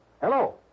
Hello